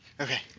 Okay